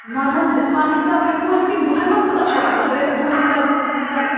مَن حظ ہہِ مَنہٕ حساب ہٮ۪کہٕ نہٕ بہٕ ؤنِتھ کِنہٕ بۄہرِ منٛز کوٗتاہ چھِ واتان اَگر أسۍ بۄہرِ حساب مِثال